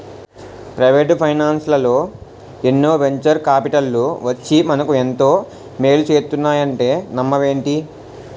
Private ఫైనాన్సల్లో ఎన్నో venture కాపిటల్లు వచ్చి మనకు ఎంతో మేలు చేస్తున్నాయంటే నమ్మవేంటి?